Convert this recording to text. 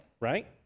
right